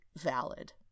valid